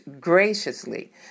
graciously